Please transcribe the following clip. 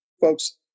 folks